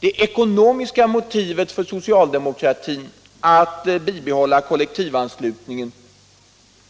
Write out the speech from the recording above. De ekonomiska motiven för socialdemokratin att bibehålla kollektivanslutningen